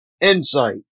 Insight